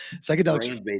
psychedelics